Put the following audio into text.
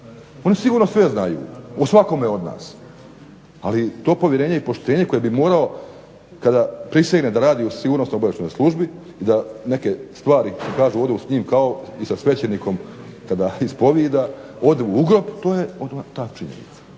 Oni sigurno sve znaju o svakome od nas, ali to povjerenje i poštenje koje bi morao kada prisegne da radi u sigurnosno-obavještajnoj službi i da neke stvari kako kažu odu s njim kao i sa svećenikom kao kada ispovijeda odu u grob to je onda ta činjenica.